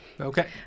Okay